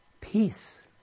peace